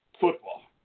football